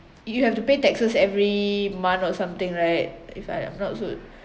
you have to pay taxes every month or something right if I'm not so